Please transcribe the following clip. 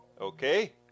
okay